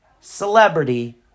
celebrity